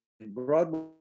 Broadway